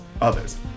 others